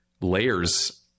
layers